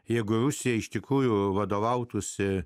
jeigu rusija iš tikrųjų vadovautųsi